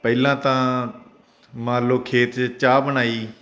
ਪਹਿਲਾਂ ਤਾਂ ਮੰਨ ਲਓ ਖੇਤ 'ਚ ਚਾਹ ਬਣਾਈ